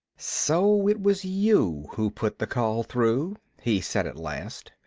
so it was you who put the call through, he said at last.